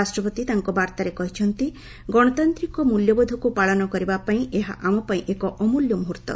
ରାଷ୍ଟ୍ରପତି ତାଙ୍କ ବାର୍ତ୍ତାରେ କହିଛନ୍ତି ଗଣତାନ୍ତିତ ମୂଲ୍ୟବୋଧକୁ ପାଳନ କରିବାପାଇଁ ଏହା ଆମପାଇଁ ଏକ ଅମ୍ବଲ୍ୟ ମୁହର୍ତ୍ତ